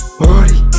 party